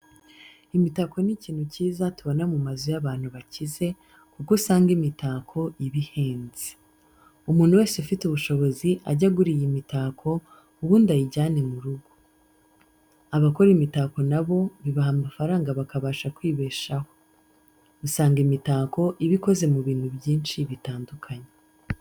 Imitako ni ikintu cyiza tubona mu mazu y'abantu bakize, kuko usanga imitako iba ihenze. Umuntu wese ufite ubushobozi ajye agura iyi mitako ubundi ayijyane mu rugo. Abakora imitako na bo bibaha amafaranga bakabasha kwibeshaho. Usanga imitako iba ikoze mu bintu byinshi bitandukanye.